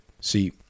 See